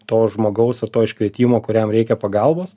to žmogaus ir to iškvietimo kuriam reikia pagalbos